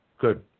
Good